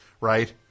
right